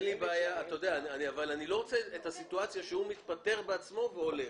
אבל אני לא רוצה את הסיטואציה שהוא מתפטר בעצמו והולך.